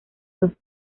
dos